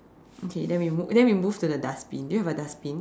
okay then we move then we move to the dustbin do you have a dustbin